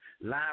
live